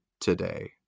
today